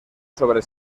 sobre